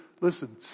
listen